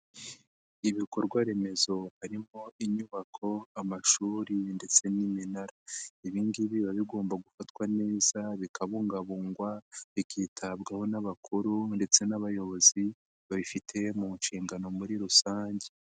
Ibikorwa remezo harimo inyubako, amashuri ndetse n'iminara, ibi ngibi biba bigomba gufatwa neza, bikabungabungwa, bikitabwaho n'abakuru ndetse n'abayobozi babifite mu nshingano muri rusange.